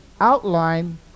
outline